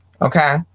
okay